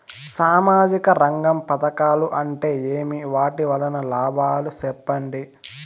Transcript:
సామాజిక రంగం పథకాలు అంటే ఏమి? వాటి వలన లాభాలు సెప్పండి?